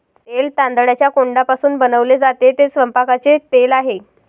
तेल तांदळाच्या कोंडापासून बनवले जाते, ते स्वयंपाकाचे तेल आहे